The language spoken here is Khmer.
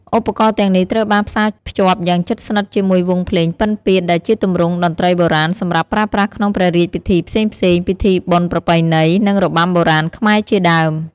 ឧបករណ៍ទាំងនេះត្រូវបានផ្សារភ្ជាប់យ៉ាងជិតស្និទ្ធជាមួយវង់ភ្លេង ពិណពាទ្យ ដែលជាទម្រង់តន្ត្រីបុរាណសម្រាប់ប្រើប្រាស់ក្នុងព្រះរាជពិធីផ្សេងៗ ពិធីបុណ្យប្រពៃណី និងរបាំបុរាណខ្មែរជាដើម។